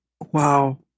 Wow